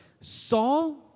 Saul